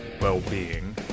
well-being